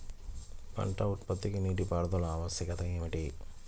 పంట ఉత్పత్తికి నీటిపారుదల ఆవశ్యకత ఏమిటీ?